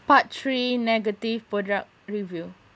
part three negative product review